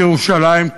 ירושלים,